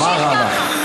תמשיך ככה.